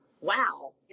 Wow